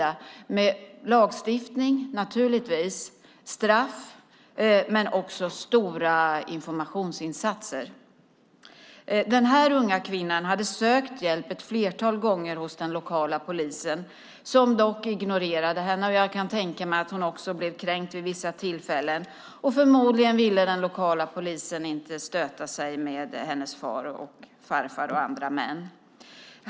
Det handlar naturligtvis om lagstiftning och straff men också om stora informationsinsatser. Den här unga kvinnan hade sökt hjälp ett flertal gånger hos den lokala polisen som dock ignorerade henne. Jag kan tänka mig att hon också blev kränkt vid vissa tillfällen. Förmodligen ville den lokala polisen inte stöta sig med hennes far och farfar och andra män.